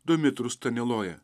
domitru staniloja